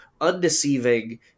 undeceiving